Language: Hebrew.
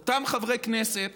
גם אותם חברי כנסת